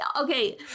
okay